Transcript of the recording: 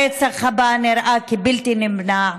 הרצח הבא נראה בלתי נמנע.